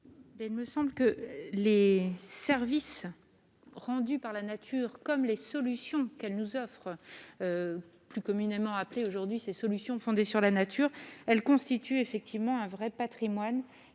Il me semble que les services rendus par la nature, comme les solutions qu'elle nous offre plus communément appelé aujourd'hui ces solutions fondées sur la nature, elle constitue effectivement un vrai Patrimoine,